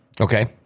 Okay